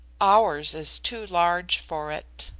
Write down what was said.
ours is too large for it.